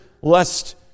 lest